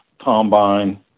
combine